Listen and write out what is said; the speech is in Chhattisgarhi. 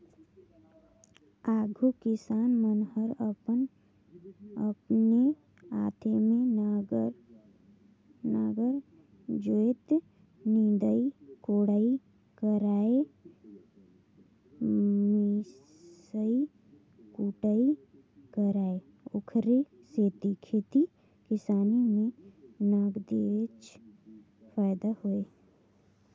आघु किसान मन हर अपने हाते में नांगर जोतय, निंदई कोड़ई करयए मिसई कुटई करय ओखरे सेती खेती किसानी में नगदेच फायदा होय